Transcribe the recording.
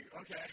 Okay